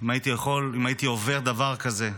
האם הייתי יכול, אם הייתי עובר דבר כזה.